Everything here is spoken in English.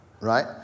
Right